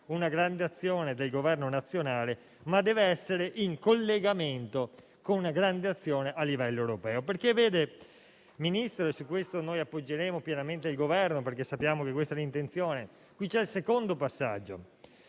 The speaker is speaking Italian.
una grande azione del Governo nazionale, ma deve essere in collegamento con una grande azione a livello europeo. Signor Ministro, a tale riguardo appoggeremo pienamente il Governo perché sappiamo che questa è l'intenzione. Qui c'è il secondo passaggio